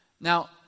Now